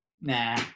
Nah